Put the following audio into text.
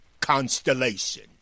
Constellation